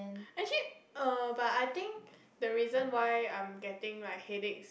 actually err but I think the reason why I'm getting like headaches